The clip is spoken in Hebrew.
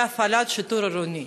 והפעלת שיטור עירוני?